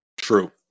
True